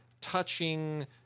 touching